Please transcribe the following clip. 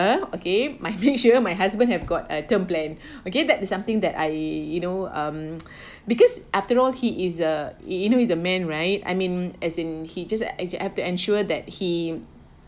okay I make sure my husband have got uh term plan okay that is something that I you know um because after all he is a you know he is a man right I mean as in he just as you have to ensure that he